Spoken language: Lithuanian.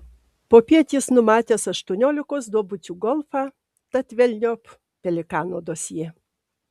popiet jis numatęs aštuoniolikos duobučių golfą tad velniop pelikano dosjė